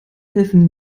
helfen